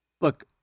Look